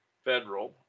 federal